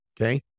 okay